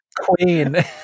Queen